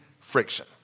friction